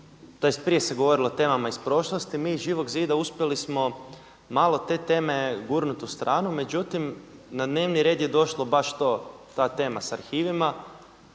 prije se govorilo o temama iz prošlosti mi iz Živog zida uspjeli smo malo te teme gurnuti u stranu. Međutim, na dnevni red je došlo baš to, ta tema sa arhivima.